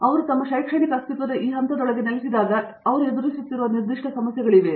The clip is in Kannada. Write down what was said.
ಅವರು ತಮ್ಮ ಶೈಕ್ಷಣಿಕ ಅಸ್ತಿತ್ವದ ಈ ಹಂತದೊಳಗೆ ನೆಲೆಸಿದಾಗ ನೀವು ಎದುರಿಸುತ್ತಿರುವ ನಿರ್ದಿಷ್ಟ ಸಮಸ್ಯೆಗಳಿವೆಯೇ